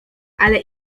ale